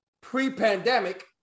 pre-pandemic